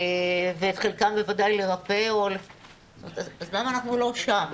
ואת חלקם בוודאי לרפא, אז למה אנחנו לא שם?